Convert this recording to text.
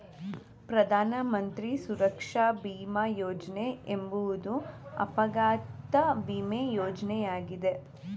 ಪ್ರಧಾನ ಮಂತ್ರಿ ಸುರಕ್ಷಾ ಭೀಮ ಯೋಜ್ನ ಎಂಬುವುದು ಅಪಘಾತ ವಿಮೆ ಯೋಜ್ನಯಾಗಿದೆ